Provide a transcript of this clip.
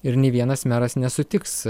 ir nei vienas meras nesutiks